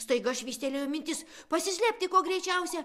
staiga švystelėjo mintis pasislėpti kuo greičiausia